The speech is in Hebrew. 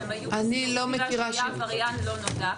הם היו בסוף בעילה של עבריין לא נודע,